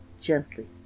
gently